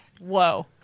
Whoa